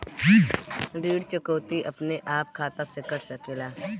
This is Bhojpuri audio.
ऋण चुकौती अपने आप खाता से कट सकेला?